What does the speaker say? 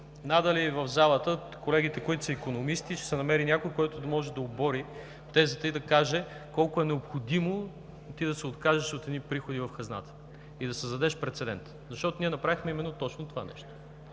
Надали в залата от колегите, които са икономисти, ще се намери някой, който може да обори тезата и да каже колко е необходимо ти да се откажеш от едни приходи в хазната и да създадеш прецедент. Защото ние направихме именно точно това нещо.